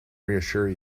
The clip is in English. reassure